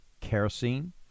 kerosene